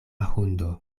hundo